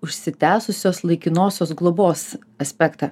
užsitęsusios laikinosios globos aspektą